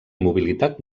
mobilitat